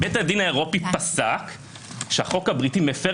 בית הדין האירופי פסק שהחוק הבריטי מפר